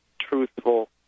truthful